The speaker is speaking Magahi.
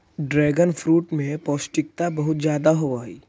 ड्रैगनफ्रूट में पौष्टिकता बहुत ज्यादा होवऽ हइ